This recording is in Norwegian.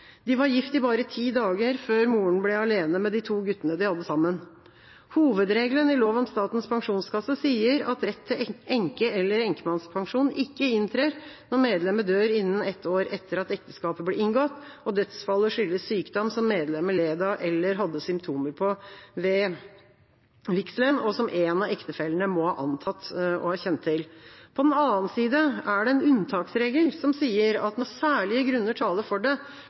De var gift bare i ti dager før moren ble alene med de to guttene de hadde sammen. Hovedregelen i lov om Statens pensjonskasse sier at rett til enke- eller enkemannspensjon ikke inntrer når medlemmet dør innen ett år etter at ekteskapet ble inngått, og dødsfallet skyldes sykdom som medlemmet led av eller hadde symptomer på ved vigselen, og som en av ektefellene må antas å ha kjent til. På den annen side er det en unntaksregel som sier at når særlige grunner taler for det,